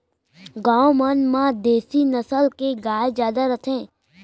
गॉँव मन म देसी नसल के गाय जादा रथे